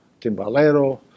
timbalero